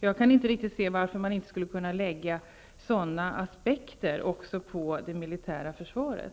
Jag kan inte riktigt se varför man inte skulle kunna anlägga sådana aspekter också på det militära försvaret.